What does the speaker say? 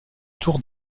tour